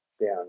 down